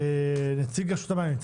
האם נמצא פה נציג רשות המים?